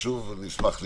ונשמח לשמוע.